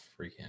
freaking